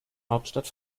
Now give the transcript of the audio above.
hauptstadt